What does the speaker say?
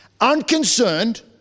unconcerned